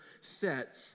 set